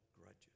grudges